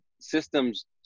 systems